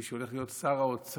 מי שהולך להיות שר האוצר,